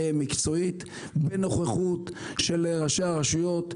מקצועית בנוכחות של ראשי הרשויות,